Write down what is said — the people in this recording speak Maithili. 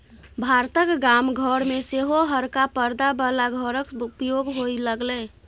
भारतक गाम घर मे सेहो हरका परदा बला घरक उपयोग होए लागलै